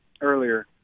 earlier